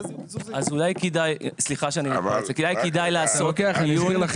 אולי כדאי לעשות דיון אחר